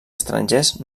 estrangers